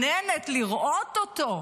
ומתחננת לראות אותו.